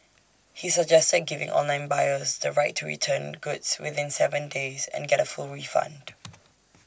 he suggested giving online buyers the right to return goods within Seven days and get A full refund